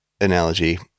analogy